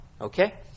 Okay